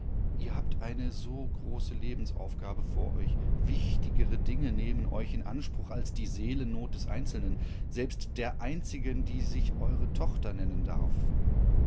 ihr habt eine so große lebensaufgabe vor euch wichtigere dinge nehmen euch in anspruch als die seelennot des einzelnen selbst der einzigen die sich eure tochter nennen darf